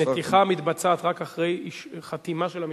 נתיחה מתבצעת רק אחרי חתימה של המשפחה?